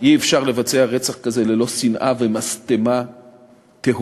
אי-אפשר לבצע רצח כזה ללא שנאה ומשטמה תהומית.